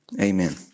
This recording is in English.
Amen